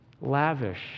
lavish